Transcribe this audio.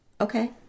okay